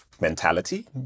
mentality